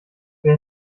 wer